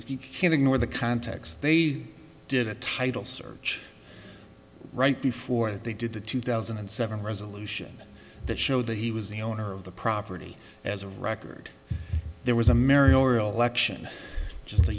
if you can ignore the context they did a title search right before they did the two thousand and seven resolution that showed that he was the owner of the property as of record there was a